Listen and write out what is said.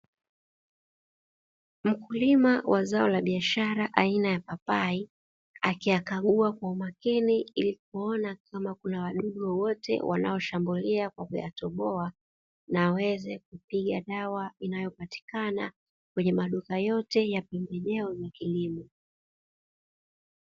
Mkulima wa zao la biashara aina ya papai, akiyakagua kwa umakini ilikuona kama kuna wadudu wowote wanaoshambulia kwa kuyatoboa na aweze kupiga dawa inayopatikana kwenye maduka yote ya pembejeo za kilimo.